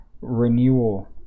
renewal